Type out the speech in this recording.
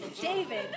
David